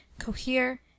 COHERE